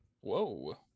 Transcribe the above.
Whoa